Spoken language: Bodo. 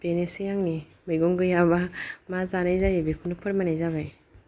बेनोसै आंनि मैगं गैयाबा मा जानाय जायो बेखौनो फोरमायनाय जाबाय